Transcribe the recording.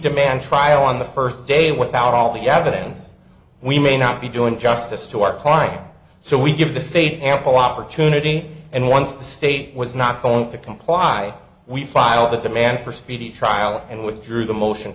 demand trial on the first day without all the evidence we may not be doing justice to our client so we give the state ample opportunity and once the state was not going to comply we filed a demand for speedy trial and withdrew the motion